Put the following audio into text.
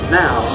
now